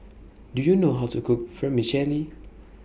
Do YOU know How to Cook Vermicelli